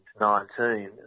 2019